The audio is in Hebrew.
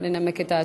לנמק את ההצעה.